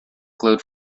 glowed